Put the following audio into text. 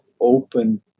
open